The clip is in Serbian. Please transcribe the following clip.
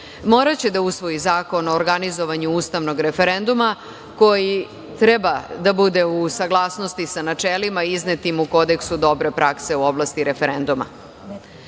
moraće da usvoji zakon o organizovanju ustavnog referenduma koji treba da bude u saglasnosti sa načelima iznetim u Kodeksu dobre prakse u oblasti referenduma. Važeći